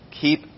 Keep